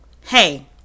hey